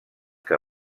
que